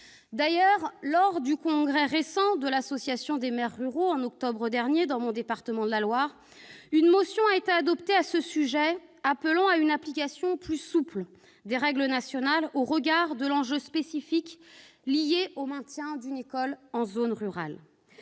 D'ailleurs, lors du congrès récent de l'Association des maires ruraux, en octobre dernier, dans mon département de la Loire, une motion a été adoptée à ce sujet, appelant à une application plus souple des règles nationales au regard de l'enjeu spécifique du maintien d'une école en zone rurale.